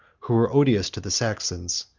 who were odious to the saxons,